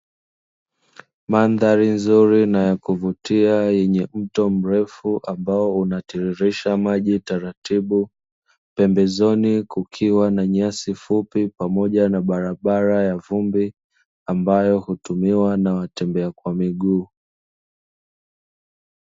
Mandhari nzuri na ya kuvutia yenye mto mrefu ambao unatiririsha maji taratibu, pembezoni kukiwa nyasi fupi pamoja na barabara ya vumbi ambayo hutumiwa na watembea kwa miguu.